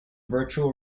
virtual